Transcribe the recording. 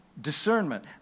Discernment